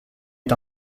est